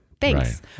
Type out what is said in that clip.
Thanks